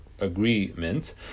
agreement